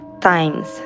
times